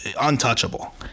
untouchable